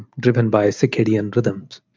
driven by circadian rhythms.